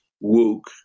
woke